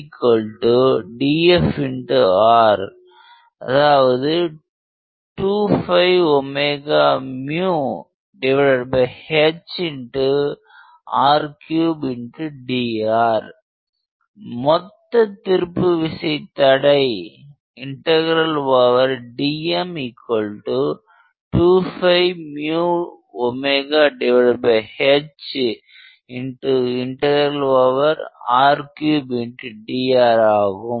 r2hr3 dr மொத்த திருப்பு விசை தடை dM2hr3 dr ஆகும்